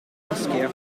moschea